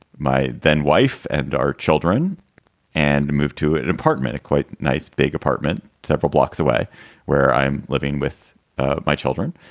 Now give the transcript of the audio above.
my then wife and our children and moved to an apartment, a quite nice big apartment several blocks away where i'm living with ah my children.